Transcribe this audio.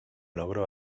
logro